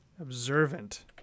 Observant